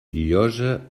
llosa